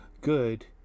Good